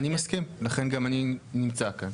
אני מסכים, לכן אני גם נמצא כאן.